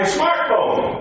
smartphone